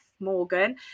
Morgan